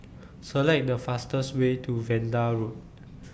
Select The fastest Way to Vanda Road